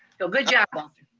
so good job. well,